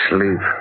Sleep